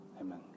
Amen